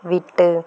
விட்டு